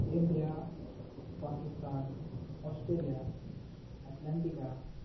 India Pakistan Australia atlantic